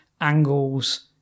angles